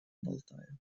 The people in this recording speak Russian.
болтаю